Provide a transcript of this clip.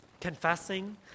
confessing